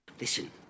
Listen